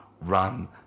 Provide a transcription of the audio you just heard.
run